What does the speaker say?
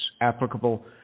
applicable